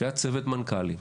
היה צוות מנכ"לים,